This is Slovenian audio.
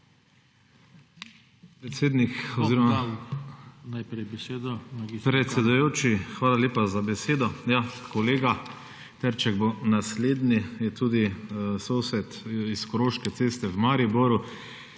hvala lepa za besedo. Ja, kolega Trček bo naslednji, je tudi sosed iz Koroške ceste v Mariboru.